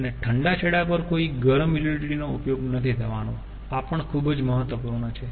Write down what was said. અને ઠંડા છેડા પર કોઈ ગરમ યુટીલીટી નો ઉપયોગ નથી થવાનો આ પણ ખુબ જ મહત્પૂર્ણ છે